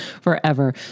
forever